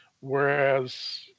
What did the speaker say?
Whereas